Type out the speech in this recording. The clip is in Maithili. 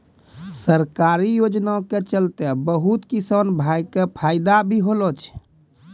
सरकारी योजना के चलतैं बहुत किसान भाय कॅ फायदा भी होलो छै